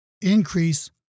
increase